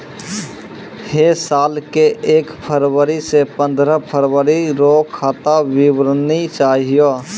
है साल के एक फरवरी से पंद्रह फरवरी तक रो खाता विवरणी चाहियो